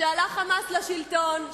ש"חמאס" עלה לשלטון,